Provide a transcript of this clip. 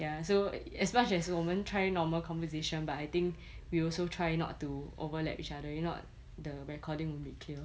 ya so as much as 我们 try normal conversation but I think we also try not to overlap each other if not the recording won't be clear